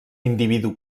individu